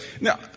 Now